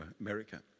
America